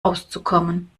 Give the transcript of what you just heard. auszukommen